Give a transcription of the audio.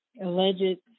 alleged